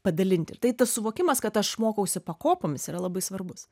padalinti tai tas suvokimas kad aš mokausi pakopomis yra labai svarbus